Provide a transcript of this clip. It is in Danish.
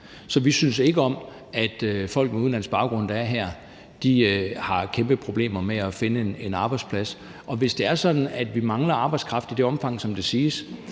Så vi synes ikke om, at folk med udenlandsk baggrund, der er her, har kæmpeproblemer med at finde en arbejdsplads. Og hvis det er sådan, at vi mangler arbejdskraft i det omfang, som det siges,